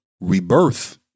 rebirth